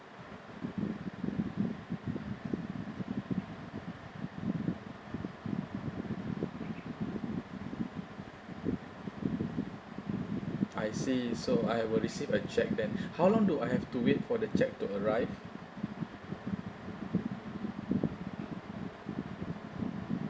I see so I will receive a cheque then how long do I have to wait for the cheque to arrive